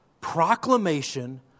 proclamation